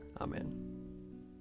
Amen